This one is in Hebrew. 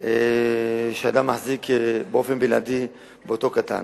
שאדם מחזיק באופן בלעדי באותו קטין.